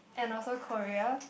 and also Korea